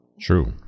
True